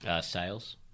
Sales